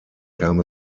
kam